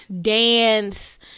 dance